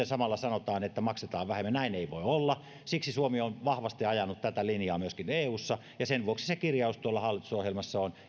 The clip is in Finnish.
samalla sanotaan että maksetaan vähemmän näin ei voi olla siksi suomi on vahvasti ajanut tätä linjaa myöskin eussa ja sen vuoksi se kirjaus tuolla hallitusohjelmassa on